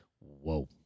whoa